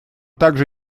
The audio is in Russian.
также